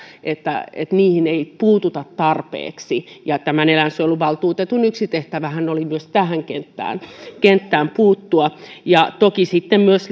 että niihin ei puututa tarpeeksi ja yksi tämän eläinsuojeluvaltuutetun tehtävähän oli myös tähän kenttään kenttään puuttua ja toki myös